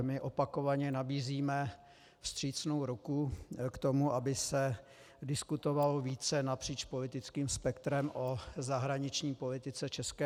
My opakovaně nabízíme vstřícnou ruku k tomu, aby se diskutovalo více napříč politickým spektrem o zahraniční politice ČR.